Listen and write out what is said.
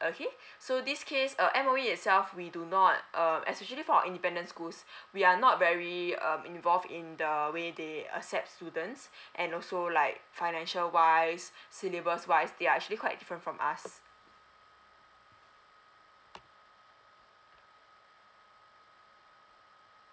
okay so this case uh M_O_E itself we do not uh especially for our independent schools we are not very uh involved in the way they accept students and also like financial wise syllabus wise they are actually quite different from us